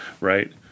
right